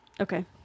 Okay